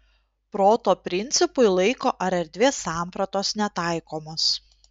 proto principui laiko ar erdvės sampratos netaikomos